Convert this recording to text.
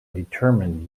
determined